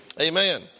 Amen